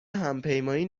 همپیمایی